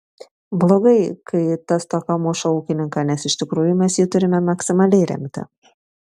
blogai kai ta stoka muša ūkininką nes iš tikrųjų mes jį turime maksimaliai remti